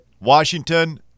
Washington